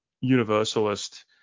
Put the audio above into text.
universalist